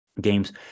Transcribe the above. games